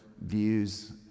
views